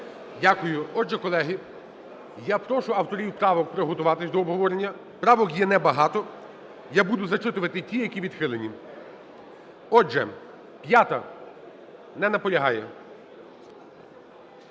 Дякую. Отже, колеги, я прошу авторів правок приготуватись до обговорення. Правок є небагато. Я буду зачитувати ті, які відхилені. Отже, 5-а. Не наполягає.